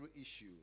issue